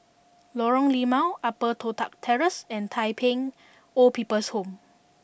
Lorong Limau Upper Toh Tuck Terrace and Tai Pei Old People's Home